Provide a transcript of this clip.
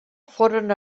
foren